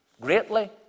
greatly